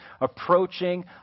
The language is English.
approaching